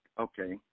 Okay